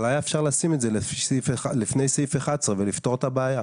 אבל היה אפשר לשים את זה לפני סעיף 11 ולפתור את הבעיה.